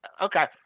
Okay